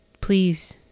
please